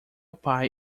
pai